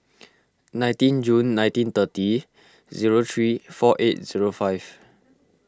nineteen June nineteen thirty zero three four eight zero five